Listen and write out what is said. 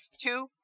two